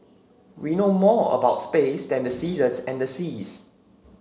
we know more about space than the seasons and the seas